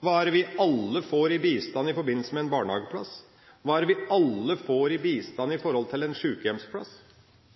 Hva er det vi alle får i bistand i forbindelse med en barnehageplass? Hva er det vi alle får i bistand i forbindelse med en sjukehjemsplass?